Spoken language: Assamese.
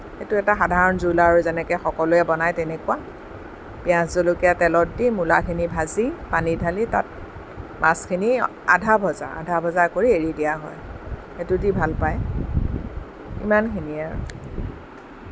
সেইটো এটা সাধাৰণ জোল আৰু যেনেকৈ সকলোৱে বনায় তেনেকুৱা পিঁয়াজ জলকীয়া তেলত দি মূলাখিনি ভাজি পানী ঢালি তাত মাছখিনি আধা ভজা আধা ভজা কৰি এৰি দিয়া হয় সেইটোদি ভাল পায় ইমানখিনিয়ে আৰু